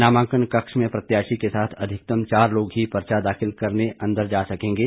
नामांकन कक्ष में प्रत्याशी के साथ अधिकतम चार लोग ही पर्चा दाखिल करने अंदर जा सकेंगे